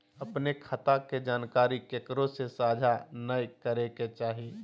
अपने खता के जानकारी केकरो से साझा नयय करे के चाही